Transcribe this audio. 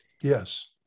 Yes